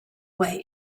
way